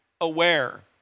aware